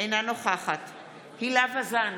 אינה נוכחת הילה שי וזאן,